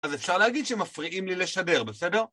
אז אפשר להגיד שהם מפריעים לי לשדר, בסדר?